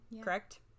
correct